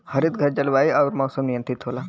हरितघर जलवायु आउर मौसम नियंत्रित होला